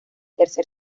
tercer